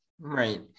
right